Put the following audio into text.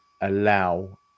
allow